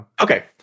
Okay